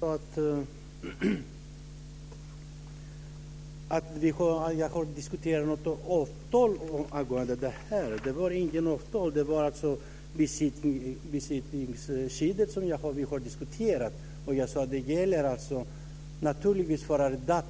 Fru talman! Ingegerd Saarinen sade att jag har diskuterat något avtal angående detta. Det var inte fråga om något avtal, utan det var besittningsskyddet som vi har diskuterat. Och jag sade att det för en arrendator naturligtvis gäller